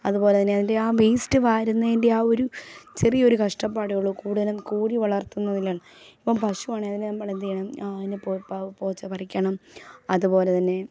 അതുപോലെ തന്നെ അതിൻ്റെ ആ വേയ്സ്റ്റ് വാരുന്നതിൻ്റെ ആ ഒരു ചെറിയൊരു കഷ്ടപ്പാടെ ഉള്ളൂ കൂടുതലും കോഴി വളർത്തുന്നതിൽ ഇപ്പം പശുവാണെങ്കിൽ നമ്മൾ എന്ത് ചെയ്യണം അതിനെ പോച്ച പറിക്കണം അതുപോലെ തന്നെ